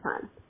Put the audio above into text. time